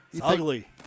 ugly